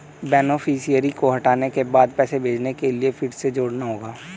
beneficiary को हटाने के बाद पैसे भेजने के लिए फिर से जोड़ना होगा